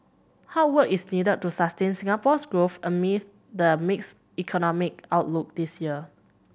hard work is needed to sustain Singapore's growth amid the mixed economic outlook this year